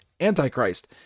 Antichrist